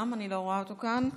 אני לא רואה גם אותו כאן.